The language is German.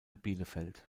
bielefeld